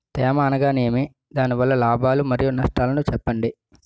తేమ అనగానేమి? దాని వల్ల లాభాలు మరియు నష్టాలను చెప్పండి?